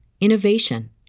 innovation